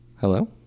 hello